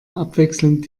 abwechselnd